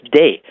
day